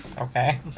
Okay